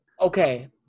okay